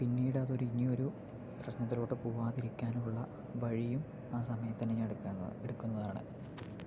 പിന്നീട് അതൊരു ഇനിയൊരു പ്രശ്നത്തിലോട്ട് പോകാതിരിക്കാനുള്ള വഴിയും ആ സമയത്തു തന്നെ ഞാൻ എടുക്ക എടുക്കുന്നതാണ്